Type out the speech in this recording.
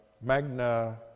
Magna